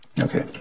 Okay